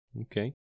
Okay